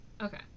Okay